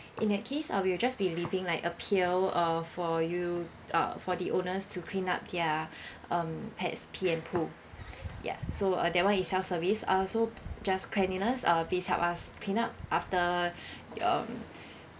in that case I will just be leaving like a pail uh for you uh for the owners to clean up their um pets' pee and poo ya so uh that one is self service uh so just cleanliness uh please help us clean up after um